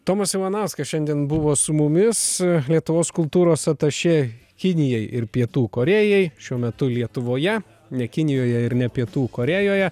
tomas ivanauskas šiandien buvo su mumis lietuvos kultūros atašė kinijai ir pietų korėjai šiuo metu lietuvoje ne kinijoje ir ne pietų korėjoje